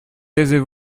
taisez